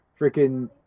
freaking